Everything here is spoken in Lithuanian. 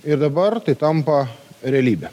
ir dabar tai tampa realybe